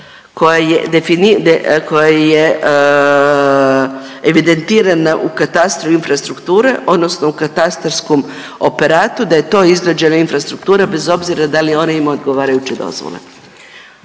koja je evidentirana u katastru infrastrukture, odnosno u katastarskom operatu, da je to izgrađena infrastruktura bez obzira da li je on imao odgovarajuće dozvole.